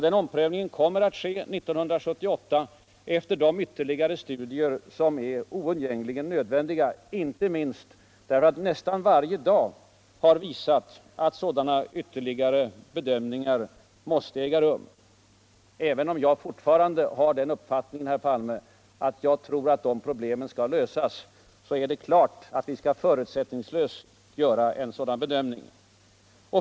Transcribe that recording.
Den omprövningen kommer att ske 1978 efier de ytterligare studier som är vundgängligen nödvändiga, inte minst därför att nästan varje dag har visat att sådana ytterligare bedömningar måste äga rum. Även om jag fortfarande. herr Palme, har den uppfattningen att problemen skall kunna lösas. är det klart att vi förutsättningslöst skall göra en sådan bedömning.